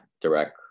Direct